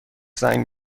زنگ